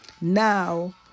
Now